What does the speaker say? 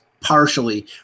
partially